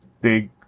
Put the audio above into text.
big